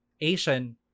Asian